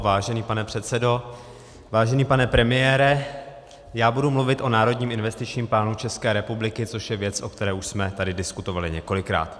Vážený pane předsedo, vážený pane premiére, budu mluvit o Národním investičním plánu České republiky, což je věc, o které už jsme tady diskutovali několikrát.